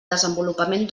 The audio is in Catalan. desenvolupament